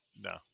No